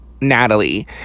natalie